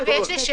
זה הכול.